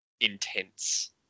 intense